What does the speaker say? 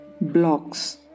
blocks